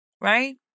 right